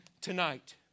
tonight